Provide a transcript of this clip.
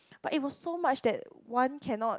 but it was so much that one cannot